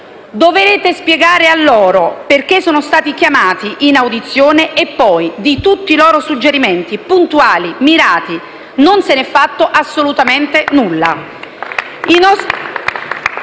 Dovete spiegare a loro perché sono stati chiamati in audizione e poi di tutti i loro suggerimenti puntuali e mirati non si è fatto assolutamente nulla